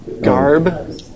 Garb